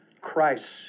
Christ